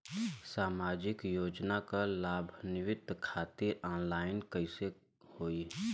सामाजिक योजना क लाभान्वित खातिर ऑनलाइन कईसे होई?